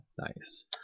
Nice